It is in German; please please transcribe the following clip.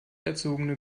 erzogene